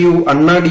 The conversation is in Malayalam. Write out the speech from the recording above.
യു അണ്ണാ ഡി